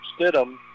Stidham